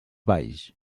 valls